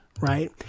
right